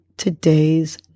Today's